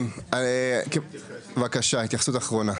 כן, בבקשה, התייחסות אחרונה.